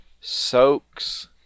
soaks